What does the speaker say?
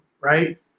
Right